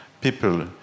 people